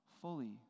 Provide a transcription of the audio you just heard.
fully